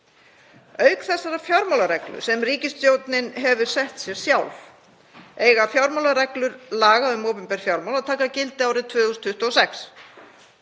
Auk þessarar fjármálareglu sem ríkisstjórnin hefur sett sér sjálf eiga fjármálareglur laga um opinber fjármál að taka gildi árið 2026.